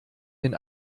den